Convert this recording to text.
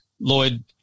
Lloyd